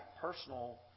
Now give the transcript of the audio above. personal